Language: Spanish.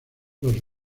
los